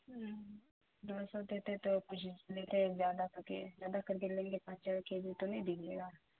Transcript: دو سو دیتے تو کچھ لیتے زیادہ کر کے زیادہ کر کے لیں گے پانچ چار کے جی تو نہیں دیجیے گا